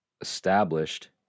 established